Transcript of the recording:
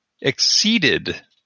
exceeded